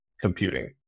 computing